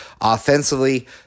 Offensively